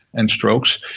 and strokes.